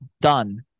done